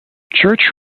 church